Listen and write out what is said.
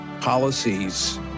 policies